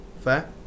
Fair